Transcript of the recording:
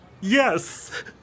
Yes